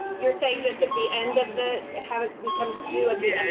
you're saying just at the end of the, have it become due at the